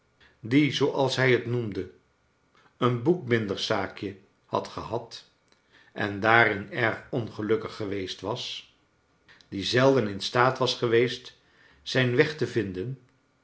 die zooals hij t noemde een boekbinderszaakje had gehad en daar in erg ongelukkig geweest was die zelden in staat was geweest zijn weg te vinden